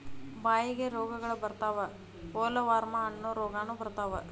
ಬಾಯಿಗೆ ರೋಗಗಳ ಬರತಾವ ಪೋಲವಾರ್ಮ ಅನ್ನು ರೋಗಾನು ಬರತಾವ